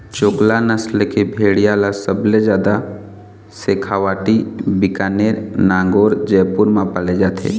चोकला नसल के भेड़िया ल सबले जादा सेखावाटी, बीकानेर, नागौर, जयपुर म पाले जाथे